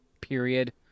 Period